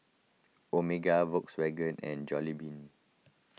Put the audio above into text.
Omega Volkswagen and Jollibean